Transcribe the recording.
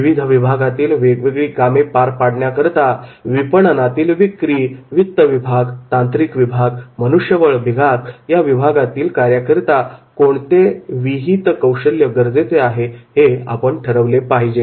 विविध विभागातील वेगवेगळी कामे पार पाडण्याकरता विपणनातील विक्री वित्त विभाग तांत्रिक विभाग मनुष्यबळ विभाग या विभागातील कार्याकरिता कोणते विहित कौशल्य गरजेचे आहे हे ठरवले पाहिजे